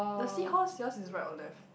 the seahorse yours is right or left